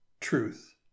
truth